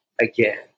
again